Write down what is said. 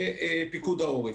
ופיקוד העורף.